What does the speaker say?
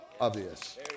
obvious